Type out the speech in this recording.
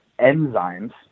enzymes